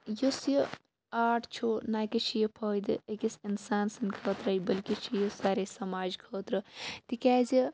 یُس یہِ آٹ چھُ نہ کِس چھُ یہِ فٲیدٕ أکِس اِنسان سٔندِ خٲطرٕ بٔلکہِ چھُ یہِ سارے سَماج خٲطرٕ تِکیازِ